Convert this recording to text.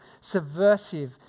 subversive